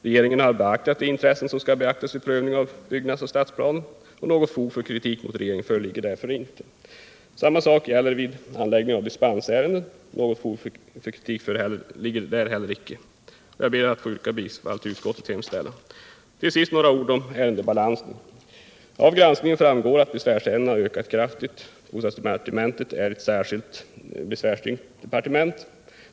Regeringen har beaktat de intressen som skall beaktas vid prövning av byggnadsoch stadsplaner, och något fog för kritik mot regeringen föreligger därför inte. Samma sak gäller handläggningen av dispensärenden. Något fog för kritik föreligger inte heller där. Jag ber därför att få yrka bifall till utskottets hemställan. Till sist några ord om ärendebalansen. Av granskningen framgår att besvärsärendena har ökat kraftigt i antal. Bostadsdepartementet är ett särskilt besvärstyngt departement.